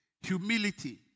Humility